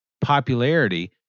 popularity